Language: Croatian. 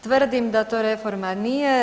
Tvrdim da to reforma nije.